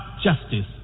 justice